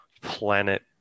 planet